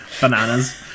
bananas